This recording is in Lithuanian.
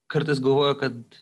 kartais galvoju kad